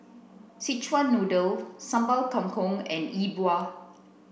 Zechuan noodle Sambal Kangkong and Yi Bua